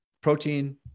protein